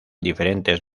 diferentes